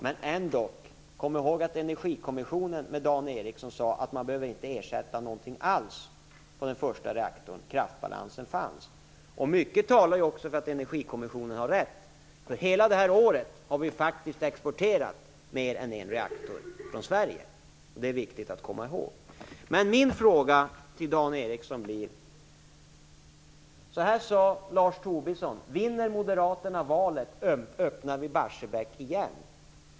Kom ändå ihåg att Energikommissionen, med Dan Ericsson, sade att man inte behöver ersätta något alls i fråga om den första reaktorn. Kraftbalansen fanns. Mycket talar också för att Energikommissionen hade rätt. Hela det här året har vi faktiskt exporterat mer än en reaktor från Sverige. Det är viktigt att komma ihåg. Jag har en fråga till Dan Ericsson. Så här sade Lars Tobisson: Vinner Moderaterna valet, öppnar vi Barsebäck igen.